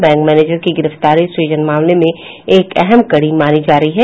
bank manager की गिरफ्तारी सृजन मामले में एक अहम कड़ी मानी जा रही है